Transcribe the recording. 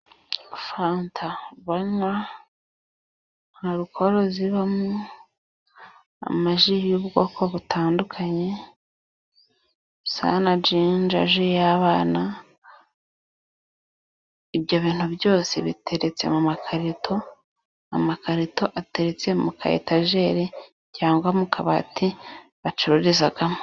Fanta banywa nta alukoro ibamo, amaji y'ubwoko butandukanye, Sana Jinja y'abana, ibyo bintu byose biteretse mu makarito, amakarito ateretse mu ka etajeri cyangwa mu kabati bacururizamo.